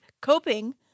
coping